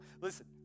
Listen